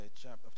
chapter